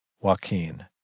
Joaquin